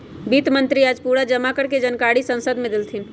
वित्त मंत्री आज पूरा जमा कर के जानकारी संसद मे देलथिन